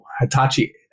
Hitachi